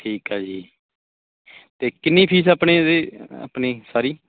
ਠੀਕ ਆ ਜੀ ਅਤੇ ਕਿੰਨੀ ਫੀਸ ਆਪਣੀ ਇਹਦੀ ਆਪਣੀ ਸਾਰੀ